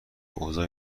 اوضاع